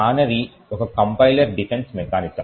canary ఒక compiler defence mechanism